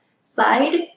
side